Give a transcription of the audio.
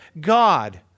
God